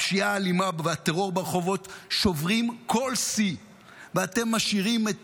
הפשיעה האלימה והטרור ברחובות שוברים כל שיא ואתם משאירים את